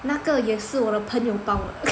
那个也是我的朋友包的